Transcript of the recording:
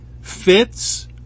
fits